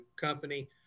company